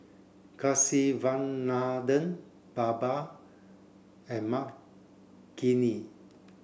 Kasiviswanathan Baba and Makineni